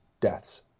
deaths